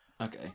Okay